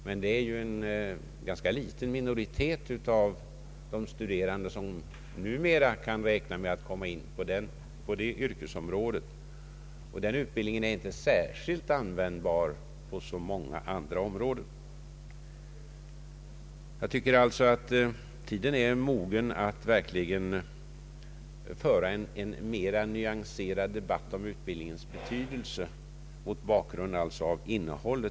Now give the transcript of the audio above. Men det är en rätt liten minoritet av de studerande som numera kan räkna med att komma in på detta yrkesområde, och den utbildningen är inte särskilt användbar på så många andra områden. Jag tycker alltså att tiden är mogen att verkligen föra en mera nyanserad debatt om utbildningens betydelse mot bakgrund av dess innehåll.